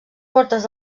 portes